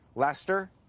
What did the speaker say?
lester?